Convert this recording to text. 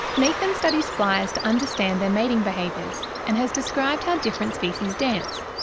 nathan studies flies to understand their mating behaviours and has described how different species dance.